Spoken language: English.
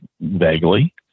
vaguely